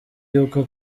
yuko